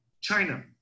China